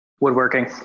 Woodworking